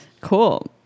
Cool